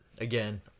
again